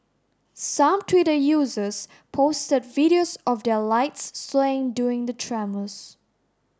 some Twitter users posted videos of their lights swaying during the tremors